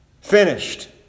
Finished